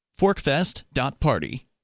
Forkfest.party